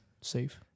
safe